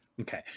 Okay